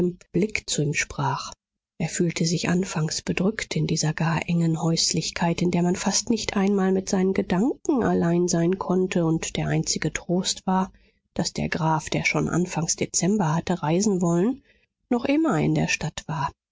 blick zu ihm sprach er fühlte sich anfangs bedrückt in dieser gar engen häuslichkeit in der man fast nicht einmal mit seinen gedanken allein sein konnte und der einzige trost war daß der graf der schon anfangs dezember hatte reisen wollen noch immer in der stadt war